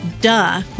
duh